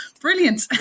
Brilliant